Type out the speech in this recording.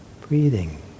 breathing